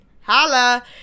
holla